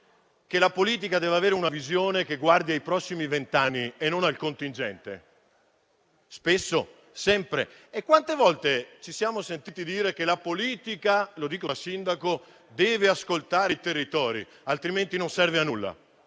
che la politica deve avere una visione che guardi ai prossimi vent'anni e non al contingente? Spesso, sempre. E quante volte ci siamo sentiti dire che la politica - lo dico da sindaco - deve ascoltare i territori, altrimenti non serve a nulla?